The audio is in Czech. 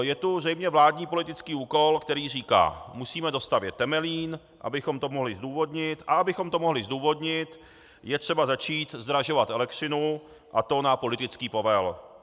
Je tu zřejmě vládní politický úkol, který říká: Musíme dostavět Temelín, abychom to mohli zdůvodnit, a abychom to mohli zdůvodnit, je třeba začít zdražovat elektřinu, a to na politický povel.